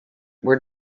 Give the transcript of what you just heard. were